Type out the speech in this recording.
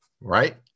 right